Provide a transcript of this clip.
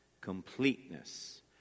completeness